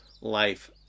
life